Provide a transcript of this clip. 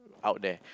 out there